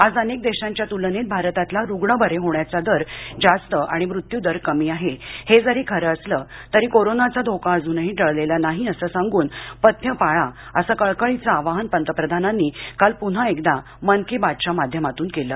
आज अनेक देशांच्या तुलनेत भारतातला रुग्ण बरे होण्याचा दर जास्त आणि मृत्यू दर कमी आहे हे जरी खरं असलं तरी कोरोनाचा धोका अजूनही टळलेला नाही अस सांगून पथ्य पाळा असं कळकळीचं आवाहन पंतप्रधानांनी काल प्रन्हा एकदा मन की बातच्या माध्यमातून केलं